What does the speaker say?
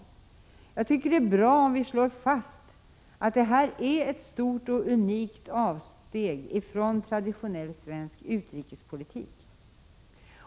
Jag tycker det är bra att vi nu slår fast att detta är ett stort och unikt avsteg från traditionell svensk utrikespolitik.